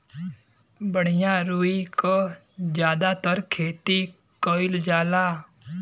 बढ़िया रुई क जादातर खेती कईल जाला